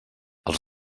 els